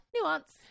nuance